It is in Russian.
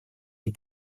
ней